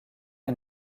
est